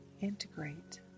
integrate